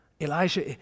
Elijah